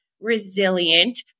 resilient